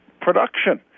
production